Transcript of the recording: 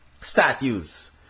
statues